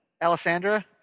Alessandra